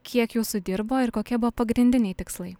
kiek jūsų dirbo ir kokie buvo pagrindiniai tikslai